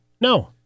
No